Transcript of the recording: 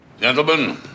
Gentlemen